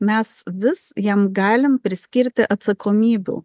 mes vis jam galim priskirti atsakomybių